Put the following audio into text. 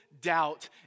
doubt